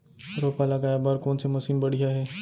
रोपा लगाए बर कोन से मशीन बढ़िया हे?